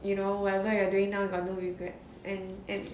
you know wherever you are doing now you got no regrets and and